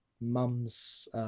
mum's